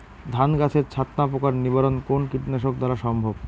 ধান গাছের ছাতনা পোকার নিবারণ কোন কীটনাশক দ্বারা সম্ভব?